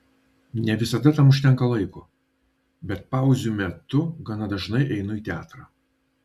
ne visada tam užtenka laiko bet pauzių metu gana dažnai einu į teatrą